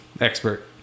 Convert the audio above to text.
expert